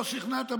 לא שכנעת,